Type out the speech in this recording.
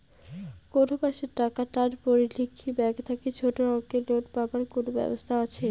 কুনো মাসে টাকার টান পড়লে কি ব্যাংক থাকি ছোটো অঙ্কের লোন পাবার কুনো ব্যাবস্থা আছে?